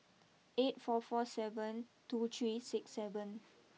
eight four four seven two three six seven